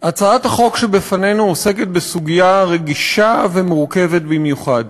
הצעת החוק שלפנינו עוסקת בסוגיה רגישה ומורכבת במיוחד,